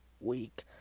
week